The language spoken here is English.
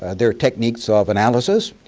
ah their techniques of analysis,